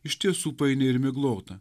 iš tiesų paini ir miglota